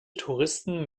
touristen